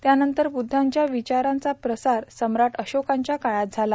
त्यानंतर बुद्धाच्या विचारांचा प्रसार सम्राट अशोकांच्या काळात झला